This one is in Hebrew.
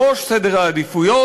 בראש סדר העדיפויות,